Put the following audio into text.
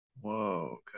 Whoa